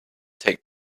take